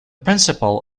principal